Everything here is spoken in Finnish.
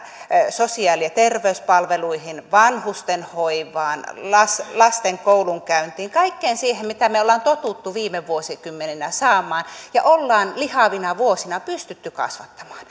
sosiaali ja terveyspalveluihin vanhustenhoivaan lasten koulunkäyntiin kaikkeen siihen mitä me olemme tottuneet viime vuosikymmeninä saamaan ja olemme lihavina vuosina pystyneet kasvattamaan